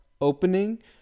opening